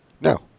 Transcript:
No